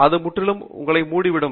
இது முற்றிலும் உங்களை மூடிவிடும்